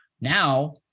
Now